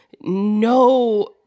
no